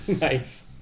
Nice